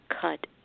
cut